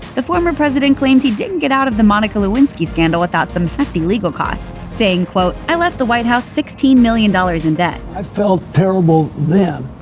the former president claimed he didn't get out of the monica lewinsky scandal without some hefty legal costs, saying, quote, i left the white house sixteen million dollars in debt. i felt terrible then.